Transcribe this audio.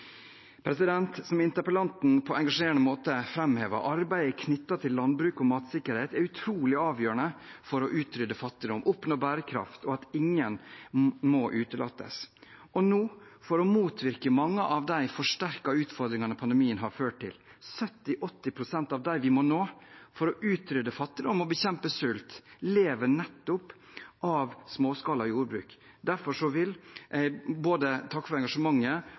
Som interpellanten på en engasjerende måte framhevet, er arbeid knyttet til landbruk og matsikkerhet utrolig avgjørende for å utrydde fattigdom, oppnå bærekraft og at ingen må utelates. Nå – for å motvirke mange av de forsterkede utfordringene pandemien har ført til: 70–80 pst. av dem vi må nå for å utrydde fattigdom og bekjempe sult, lever nettopp av småskalajordbruk. Derfor vil jeg takke både for engasjementet